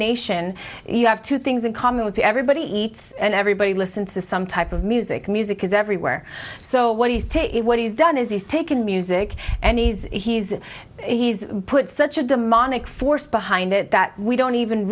nation you have two things in common with everybody eats and everybody listens to some type of music music is everywhere so what is to it what he's done is he's taken music and he's he's he's put such a demonic force behind it that we don't even